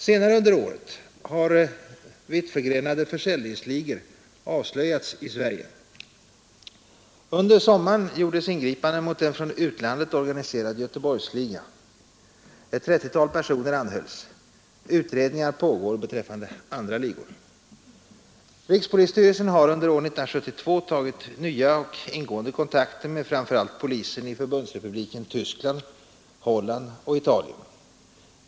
Senare under året har vittförgrenade försäljningsligor avslöjats i Sverige. Under sommaren gjordes ingripanden mot en från utlandet organiserad Göteborgsliga. Ett 30-tal personer anhölls. Utredningar pågår beträffande andra ligor. Rikspolisstyrelsen har under år 1972 tagit nya och ingående kontakter med framför allt polisen i Förbundsrepubliken Tyskland, Holland och Italien.